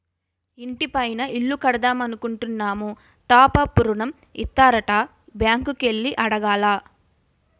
ఇంటి పైన ఇల్లు కడదామనుకుంటున్నాము టాప్ అప్ ఋణం ఇత్తారట బ్యాంకు కి ఎల్లి అడగాల